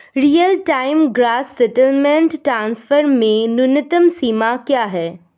Real time gross settlement transfer में न्यूनतम सीमा क्या है?